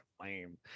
lame